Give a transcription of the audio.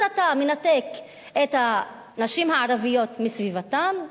אז אתה מנתק את הנשים הערביות מסביבתן,